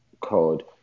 code